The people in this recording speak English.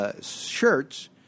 shirts